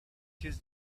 his